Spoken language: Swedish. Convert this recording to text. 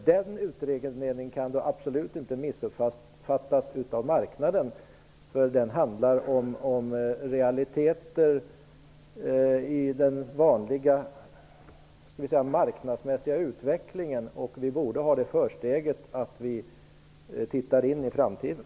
Den utredningen kan absolut inte missuppfattas av marknaden, för den handlar om realiteter i den vanliga marknadsmässiga utvecklingen, och vi borde ha det försteget att vi tittar in i framtiden.